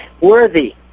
worthy